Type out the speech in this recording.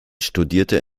studierte